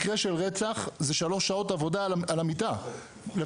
מקרה של רצח זה 3 שעות עבודה על המיטה לפחות.